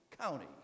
County